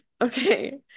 Okay